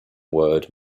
word